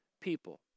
people